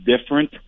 different